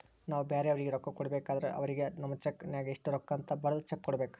ನಾವು ಬ್ಯಾರೆಯವರಿಗೆ ರೊಕ್ಕ ಕೊಡಬೇಕಾದ್ರ ಅವರಿಗೆ ನಮ್ಮ ಚೆಕ್ ನ್ಯಾಗ ಎಷ್ಟು ರೂಕ್ಕ ಅಂತ ಬರದ್ ಚೆಕ ಕೊಡಬೇಕ